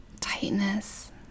tightness